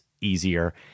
easier